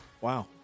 wow